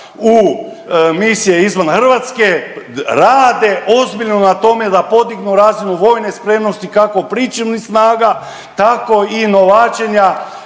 u misije izvan Hrvatske, rade ozbiljno na tome da podignu razinu vojne spremnosti kako pričuvnih snaga, tako i novačenja